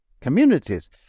communities